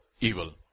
evil